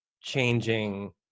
changing